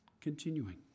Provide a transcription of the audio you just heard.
continuing